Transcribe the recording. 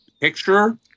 picture